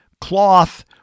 cloth